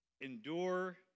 endure